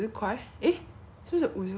then 五天大概两百五十而已